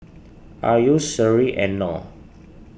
Ayu Sri and Nor